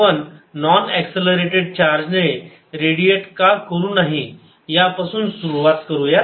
आपण non accelerated चार्जने radiate का करू नाही यापासून सुरुवात करूयात